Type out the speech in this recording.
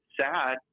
sad